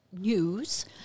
news